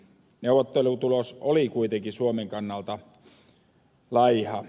neuvottelutulos oli kuitenkin suomen kannalta laiha